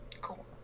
cool